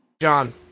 John